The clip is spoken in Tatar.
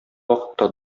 вакытта